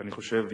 אני חושב,